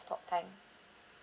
talk time